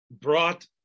brought